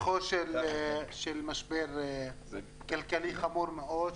אנחנו בפתחו של משבר כלכלי חמור מאוד,